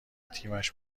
تیمش